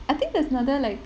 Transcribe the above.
I think there's another like